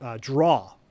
draw